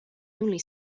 only